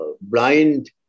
blind